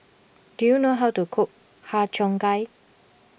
do you know how to cook Har Cheong Gai